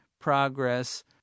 progress